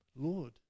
Lord